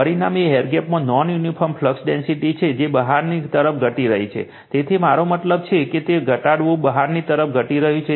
પરિણામ એ એર ગેપમાં નોન યુનિફૉર્મ ફ્લક્સ ડેન્સિટી છે જે બહારની તરફ ઘટી રહી છે તેથી મારો મતલબ છે કે તે ઘટાડવું બહારની તરફ ઘટી રહ્યું છે